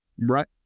Right